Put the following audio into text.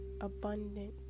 abundant